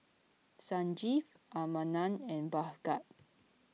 Sanjeev Ramanand and Bhagat